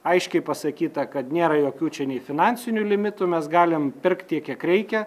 aiškiai pasakyta kad nėra jokių čia nei finansinių limitų mes galim pirkt kiek reikia